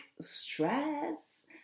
stress